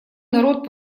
народ